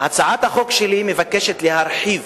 הצעת החוק שלי מבקשת להרחיב